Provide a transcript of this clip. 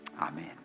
Amen